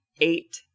eight